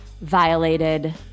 violated